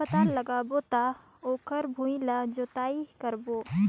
पातल लगाबो त ओकर भुईं ला जोतई करबो?